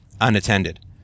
unattended